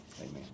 Amen